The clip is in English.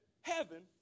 heaven